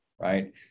right